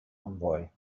envoy